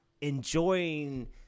enjoying